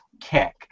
kick